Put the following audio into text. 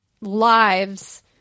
lives